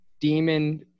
demon